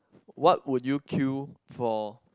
what would you queue for